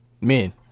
men